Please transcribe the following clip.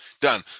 Done